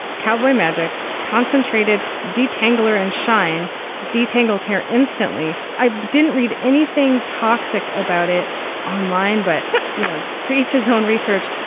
cowboy magic concentrated de tangalooma and shine d tangled hair. instantly. i didn't read anything toxic about it online, but you know, to each his own research.